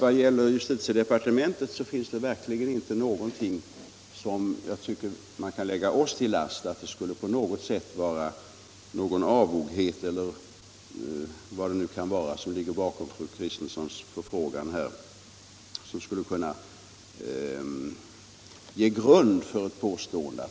Någon avoghet från departementets sida kan det alltsårinte vara som ligger till grund för fru Kristenssons påstående att kommunikationerna skulle vara dåliga.